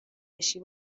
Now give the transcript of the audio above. بشی